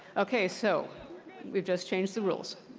okay. so we've just changed the rules.